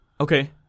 okay